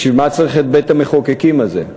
בשביל מה צריך את בית-המחוקקים הזה?